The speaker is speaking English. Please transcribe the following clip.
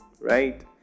right